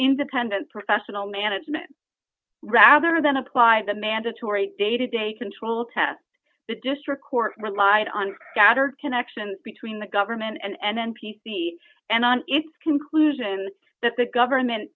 independent professional management rather than apply the mandatory day to day control test the district court relied on gather connections between the government and an n p c and on its conclusion that the government